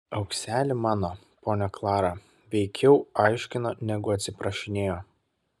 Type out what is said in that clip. aukseli mano ponia klara veikiau aiškino negu atsiprašinėjo